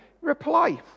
Reply